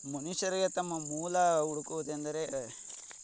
ಮನುಷ್ಯರಿಗೆ ತಮ್ಮ ಮೂಲ ಹುಡುಕುವುದೆಂದರೆ